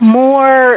more